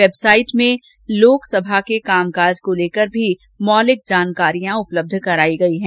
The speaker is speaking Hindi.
वेबसाइट में लोकसभा के कामकाज को लेकर भी मौलिक जानकारियां उपलब्ध कराई गई हैं